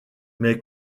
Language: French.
mais